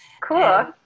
Cool